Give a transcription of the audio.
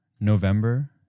November